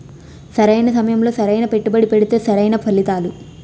సరైన సమయంలో సరైన పెట్టుబడి పెడితే సరైన ఫలితాలు